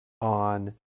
on